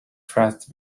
thrust